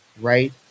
right